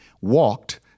walked